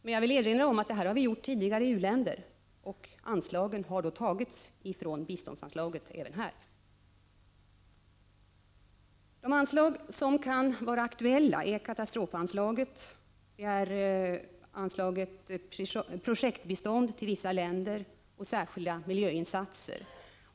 Men jag vill erinra om att vi har gjort detta tidigare i u-länder, och anslagen har även här tagits från biståndsanslaget. De anslag som kan vara aktuella är katastrofanslaget, anslaget för projektbistånd till vissa länder och anslaget för särskilda miljöinsatser.